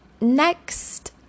next